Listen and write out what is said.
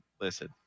listen